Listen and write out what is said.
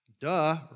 Duh